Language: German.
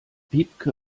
wiebke